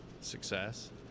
success